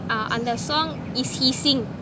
uh அந்த:antha song is he sing